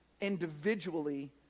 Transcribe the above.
individually